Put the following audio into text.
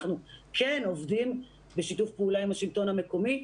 אנחנו כן עובדים בשיתוף פעולה עם השלטון המקומי.